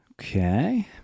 Okay